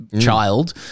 child